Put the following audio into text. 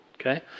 Okay